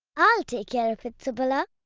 i'll take care of it subala.